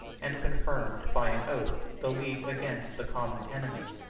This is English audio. and confirmed by an oath the league against the common enemy.